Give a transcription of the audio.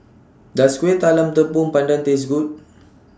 Does Kuih Talam Tepong Pandan Taste Good